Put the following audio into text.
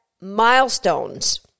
milestones